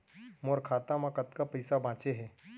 मोर खाता मा कतका पइसा बांचे हे?